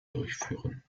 durchführen